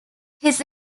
his